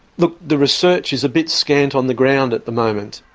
the the research is a bit scant on the ground at the moment.